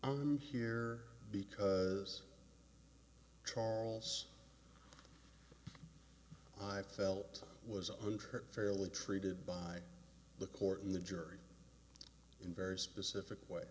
i'm here because charles i felt was under fairly treated by the court and the jury in very specific way